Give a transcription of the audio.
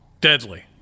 deadly